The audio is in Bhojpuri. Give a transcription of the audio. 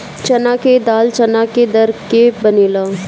चना के दाल चना के दर के बनेला